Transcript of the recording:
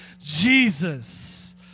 Jesus